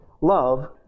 love